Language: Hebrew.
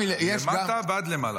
מלמטה ועד למעלה.